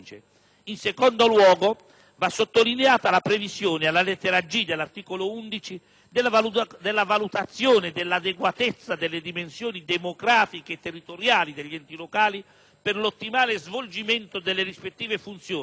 in secondo luogo, va sottolineata la previsione, alla lettera *g)* dell'articolo 11, della valutazione dell'adeguatezza delle dimensioni demografiche e territoriali degli enti locali per l'ottimale svolgimento delle rispettive funzioni